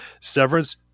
Severance